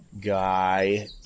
guy